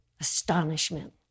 astonishment